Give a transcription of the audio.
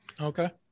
Okay